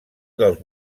dels